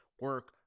Work